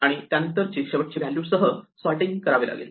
आणि त्यानंतर शेवटची व्हॅल्यू सह सॉर्टिंग करावे लागेल